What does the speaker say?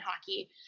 hockey